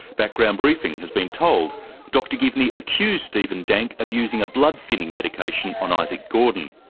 background briefing has been told dr givney accused stephen dank of using a blood thinning medication on isaac gordon.